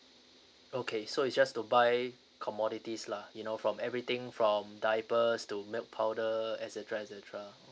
okay so is just to buy commodities lah you know from everything from diapers to milk powder etcetera etcetera